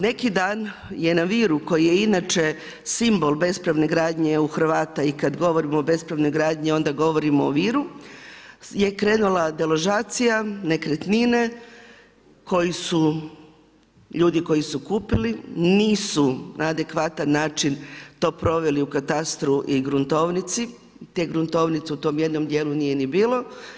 Neki dan je na Viru koji je inače simbol bespravne gradnje u Hrvata i kad govorimo o bespravnoj gradnji onda govorimo o Viru je krenula deložacija nekretnine koji su, ljudi koji su kupili nisu na adekvatan način to proveli u katastru i gruntovnici, te gruntovnice u tom jednom dijelu nije ni bilo.